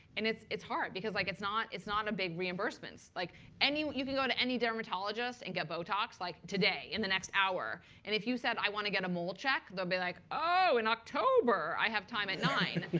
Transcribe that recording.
and it's it's hard because like it's not it's not a big reimbursement. like you can go to any dermatologist and get botox like today, in the next hour. and if you said, i want to get a mole check, they'll be like, oh, in october, i have time at nine